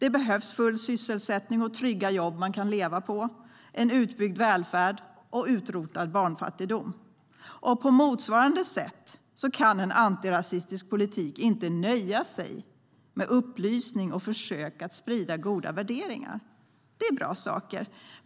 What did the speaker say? Det behövs full sysselsättning och trygga jobb man kan leva på, en utbyggd välfärd och utrotad barnfattigdom. På motsvarande sätt kan en antirasistisk politik inte nöja sig med upplysning och försök att sprida goda värderingar. Det är bra saker.